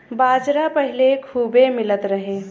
बाजरा पहिले खूबे मिलत रहे